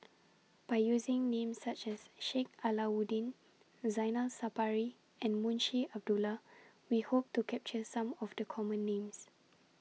By using Names such as Sheik Alau'ddin Zainal Sapari and Munshi Abdullah We Hope to capture Some of The Common Names